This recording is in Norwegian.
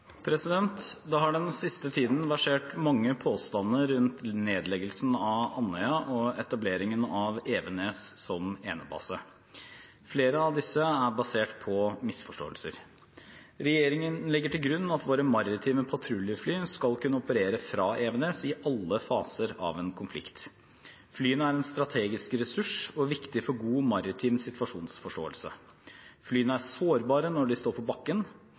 Det har den siste tiden versert mange påstander rundt nedleggelsen av Andøya og etableringen av Evenes som enebase. Flere av disse er basert på misforståelser. Regjeringen legger til grunn at våre maritime patruljefly skal kunne operere fra Evenes i alle faser av en konflikt. Flyene er en strategisk ressurs og viktig for god maritim situasjonsforståelse. Flyene er sårbare når de står på bakken.